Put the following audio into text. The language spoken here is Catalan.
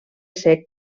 sec